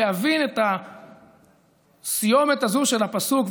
להבין את הסיומת הזאת של הפסוק,